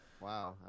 Wow